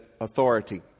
authority